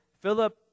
Philip